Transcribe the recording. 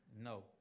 No